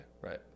right